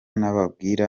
nababwira